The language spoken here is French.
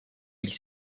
ils